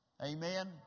Amen